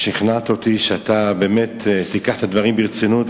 שכנעת אותי שתיקח את הדברים ברצינות,